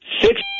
Six